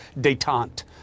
detente